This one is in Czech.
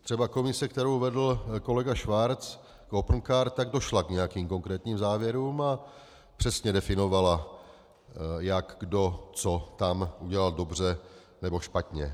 Třeba komise, kterou vedl kolega Schwarz k Opencard, došla k nějakým konkrétním závěrům a přesně definovala, jak, kdo, co tam udělal dobře nebo špatně.